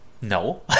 No